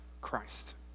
Christ